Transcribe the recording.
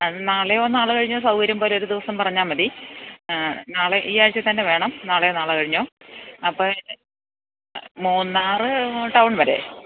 അ നാളെയോ നാളെ കഴിഞ്ഞോ സൗകര്യം പോലെ ഒരു ദിവസം പറഞ്ഞാല് മതി നാളെ ഈയാഴ്ചതന്നെ വേണം നാളെ നാളെ കഴിഞ്ഞോ അപ്പോള് മൂന്നാര് ടൌൺ വരെ